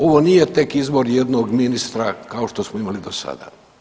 Ovo nije tek izbor jednog ministra kao što smo imali dosada.